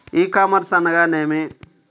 ఈ కామర్స్ అనగా నేమి?